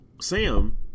Sam